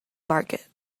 market